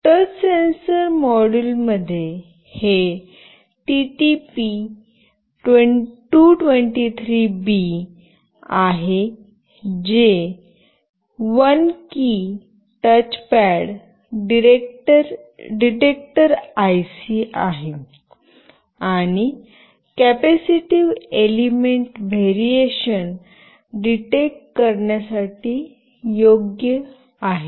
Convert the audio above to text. touch sensor मॉड्यूलमध्ये हे TTP 223 B आहे जे 1 की टच पॅड डिटेक्टर आयसी आहे आणि कॅपेसिटिव्ह एलिमेंट व्हॅरिएशन डिटेक्ट करण्यासाठी योग्य आहे